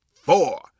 four